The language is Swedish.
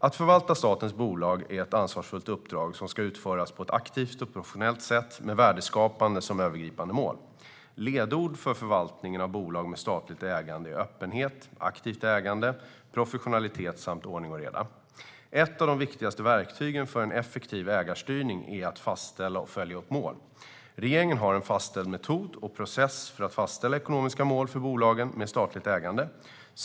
Att förvalta statens bolag är ett ansvarsfullt uppdrag som ska utföras på ett aktivt och professionellt sätt med värdeskapande som övergripande mål. Ledord för förvaltningen av bolagen med statligt ägande är öppenhet, aktivt ägande, professionalitet samt ordning och reda. Ett av de viktigaste verktygen för en effektiv ägarstyrning är att fastställa och följa upp mål. Regeringen har en fastställd metod och process för att fastställa ekonomiska mål för bolagen med statligt ägande.